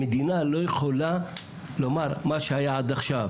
המדינה לא יכולה לומר שמה שהיה עד עכשיו